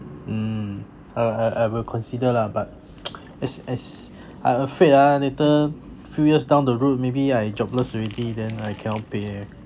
mm I I I will consider lah but as as I afraid ah later few years down the road maybe I jobless already then I cannot pay eh